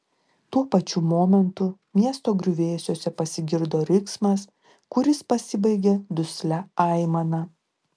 tuo pačiu momentu miesto griuvėsiuose pasigirdo riksmas kuris pasibaigė duslia aimana